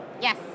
Yes